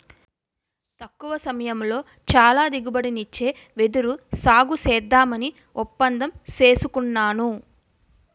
తక్కువ సమయంలో చాలా దిగుబడినిచ్చే వెదురు సాగుసేద్దామని ఒప్పందం సేసుకున్నాను